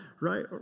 right